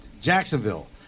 Jacksonville